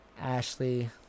Ashley